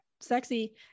sexy